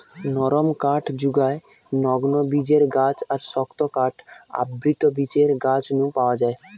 নরম কাঠ জুগায় নগ্নবীজের গাছ আর শক্ত কাঠ আবৃতবীজের গাছ নু পাওয়া যায়